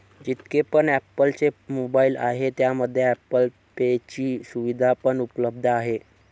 जितके पण ॲप्पल चे मोबाईल आहे त्यामध्ये ॲप्पल पे ची सुविधा पण उपलब्ध आहे